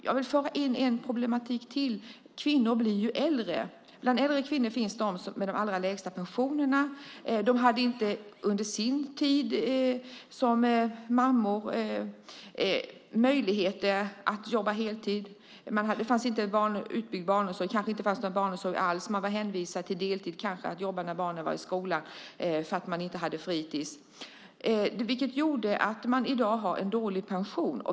Jag vill föra in en problematik till. Kvinnor blir ju äldre. Bland äldre kvinnor finns de som har de allra lägsta pensionerna. De hade inte under sin tid som mammor möjlighet att jobba heltid. Det fanns ingen utbyggd barnomsorg eller kanske ingen barnomsorg alls. Man var kanske hänvisad till att jobba deltid när barnen var i skolan för att det inte fanns något fritids. Detta gjorde att man i dag får en dålig pension.